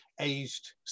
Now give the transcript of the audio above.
aged